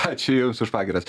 ačiū jums už pagyras